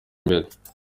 imbere